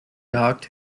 jagd